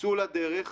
צאו לדרך,